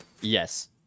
Yes